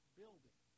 building